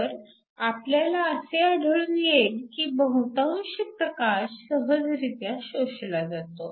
तर आपल्याला असे आढळून येईल की बहुतांश प्रकाश सहजरित्या शोषला जातो